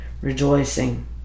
rejoicing